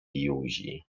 józi